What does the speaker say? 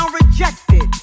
rejected